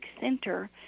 center